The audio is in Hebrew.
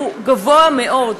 היא גבוהה מאוד.